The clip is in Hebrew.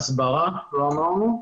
הסברה לא אמרנו,